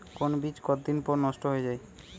কোন বীজ কতদিন পর নষ্ট হয়ে য়ায়?